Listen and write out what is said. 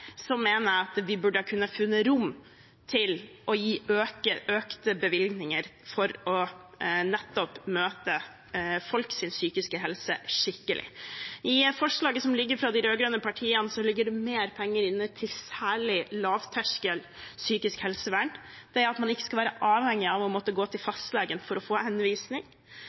mener jeg vi burde ha funnet rom til å gi økte bevilgninger for nettopp å møte folks psykiske helse skikkelig. I forslaget fra de rød-grønne ligger det mer penger inne særlig til lavterskel psykisk helsevern – at man ikke skal være avhengig av å måtte gå til fastlegen for å få henvisning.